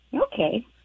Okay